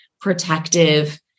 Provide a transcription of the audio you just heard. protective